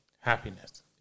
happiness